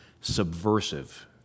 subversive